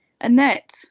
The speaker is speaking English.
Annette